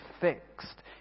fixed